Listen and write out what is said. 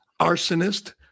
arsonist